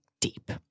deep